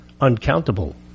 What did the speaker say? uncountable